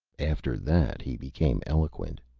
after that he became eloquent,